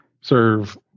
serve